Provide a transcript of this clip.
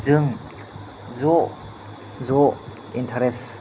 जों ज' ज' एनथारेस्त